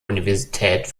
universität